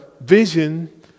vision